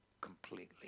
completely